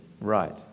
Right